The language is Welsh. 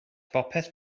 bopeth